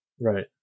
Right